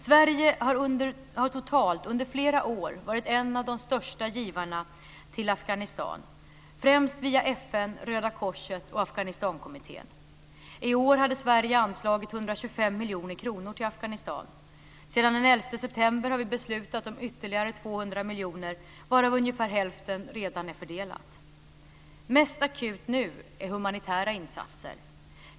Sverige har totalt under flera år varit en av de största givarna till Afghanistan, främst via FN, Röda Korset och Afghanistankommittén. I år hade Sverige anslagit 125 miljoner kronor till Afghanistan. Sedan den 11 september har vi beslutat om ytterligare 200 miljoner, varav ungefär hälften redan är fördelat. Mest akut nu är humanitära insatser.